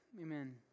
amen